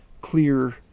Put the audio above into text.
clear